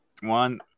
one